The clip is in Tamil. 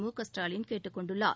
முகஸ்டாலின் கேட்டுக் கொண்டுள்ளார்